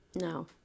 No